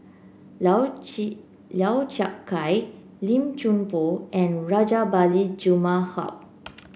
Lau Chiap Khai Lim Chuan Poh and Rajabali Jumabhoy